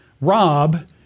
Rob